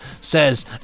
says